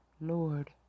Lord